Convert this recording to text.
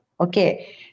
Okay